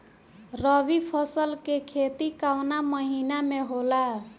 रवि फसल के खेती कवना महीना में होला?